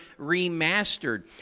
Remastered